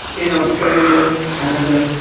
in australia, canada,